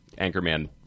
Anchorman